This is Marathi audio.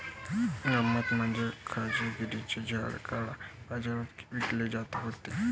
गंमत म्हणजे खजुराची झाडे काळ्या बाजारात विकली जात होती